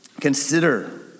consider